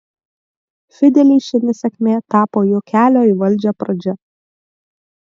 fideliui ši nesėkmė tapo jo kelio į valdžią pradžia